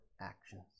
actions